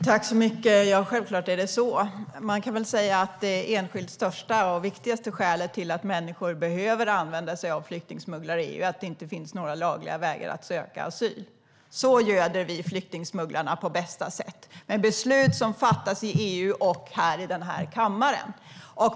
Herr talman! Självklart är det så, Paula Bieler. Det enskilt största och viktigaste skälet för att människor behöver använda sig av flyktingsmugglare är att det inte finns några lagliga vägar för att söka asyl. Så göder vi flyktingsmugglarna på bästa sätt, med beslut som fattas i EU och i den här kammaren.